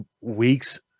weeks